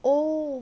oh